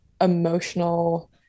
emotional